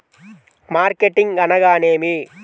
Marketing అనగానేమి?